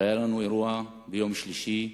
היה לנו גם אירוע ביום שלישי,